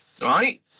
Right